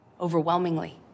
overwhelmingly